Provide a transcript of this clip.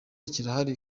kirahari